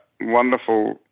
wonderful